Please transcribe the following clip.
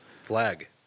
Flag